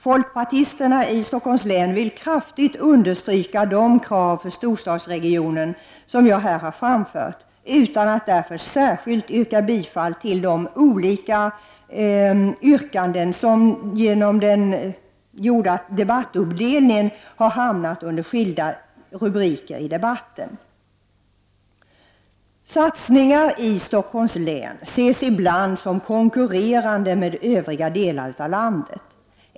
Folkpartisterna i Stockholms län vill kraftigt understryka de krav för storstadsregionen som jag här har framfört, utan att därför särskilt yrka bifall till de olika yrkanden som genom den gjorda debattuppdelningen nu hamnat under skilda rubriker i debatten. Satsningar i Stockholms län ses ibland som konkurrerande med satsningar i övriga delar av landet.